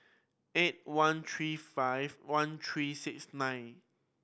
eight one three five one three six nine